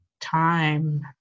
time